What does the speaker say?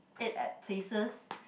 ate at places